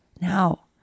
now